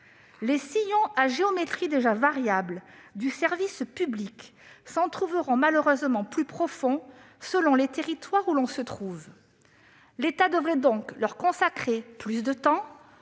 Les sillons à géométrie déjà variable du service public s'en trouveront malheureusement plus profonds, selon les territoires. L'État devrait donc leur consacrer plus de temps,